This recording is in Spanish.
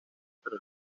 pero